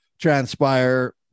transpire